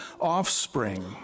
offspring